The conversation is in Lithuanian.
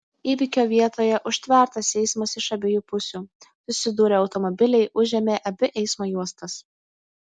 įvykio vietoje užtvertas eismas iš abiejų pusių susidūrė automobiliai užėmė abi eismo juostas